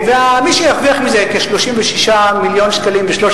מי שירוויח מזה כ-36 מיליון שקלים בשלוש